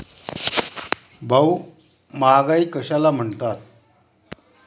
भाऊ, महागाई कशाला म्हणतात?